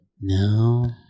No